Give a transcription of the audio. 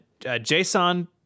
JSON